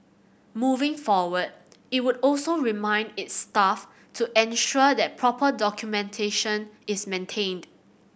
moving forward it would also remind its staff to ensure that proper documentation is maintained